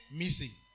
missing